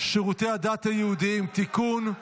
שירותי הדת היהודיים (תיקון,